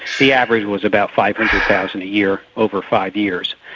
the average was about five hundred thousand a year over five years.